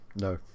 No